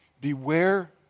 Beware